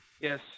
Yes